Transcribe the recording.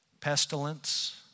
pestilence